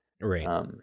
Right